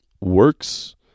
works